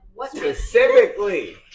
specifically